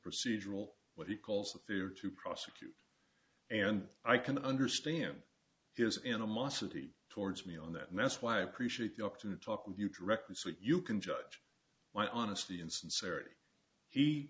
procedural what he calls the fear to prosecute and i can understand his animosity towards me on that mess why i appreciate the opportunity to talk with you directly so you can judge my honesty and sincerity he